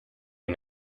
may